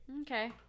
Okay